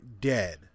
dead